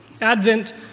Advent